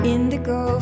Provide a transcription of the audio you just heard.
Indigo